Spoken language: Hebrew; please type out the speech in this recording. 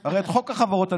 היא אומרת: חוק החברות.